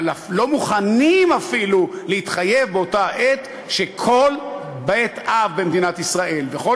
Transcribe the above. אבל לא מוכנים אפילו להתחייב באותה עת שכל בית-אב במדינת ישראל וכל